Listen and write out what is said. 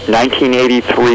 1983